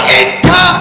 enter